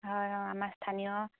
হয় অঁ আমাৰ স্থানীয়